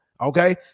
Okay